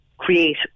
Create